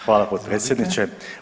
Hvala potpredsjedniče.